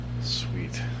Sweet